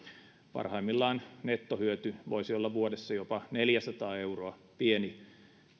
parhaimmillaan nettohyöty voisi olla vuodessa jopa neljäsataa euroa pieni